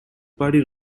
party